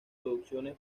producciones